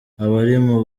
abarimu